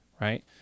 right